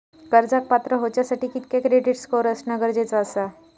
कर्जाक पात्र होवच्यासाठी कितक्या क्रेडिट स्कोअर असणा गरजेचा आसा?